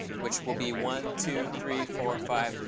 which will be one, two, three, four, or five,